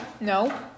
No